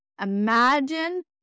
Imagine